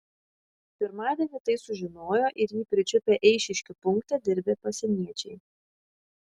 pirmadienį tai sužinojo ir jį pričiupę eišiškių punkte dirbę pasieniečiai